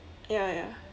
ya ya